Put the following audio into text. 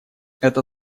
это